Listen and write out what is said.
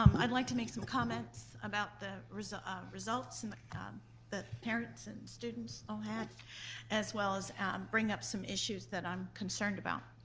um i'd like to make some comments about the results ah results and the um the parents and students all had as well as bring up some issues i'm concerned about.